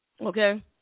Okay